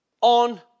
on